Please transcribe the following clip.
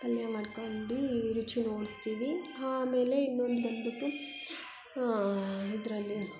ಪಲ್ಯ ಮಾಡ್ಕೊಂಡು ರುಚಿ ನೋಡ್ತೀವಿ ಆಮೇಲೆ ಇನ್ನೊಂದು ಬಂದುಬಿಟ್ಟು ಇದರಲ್ಲಿ